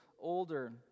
older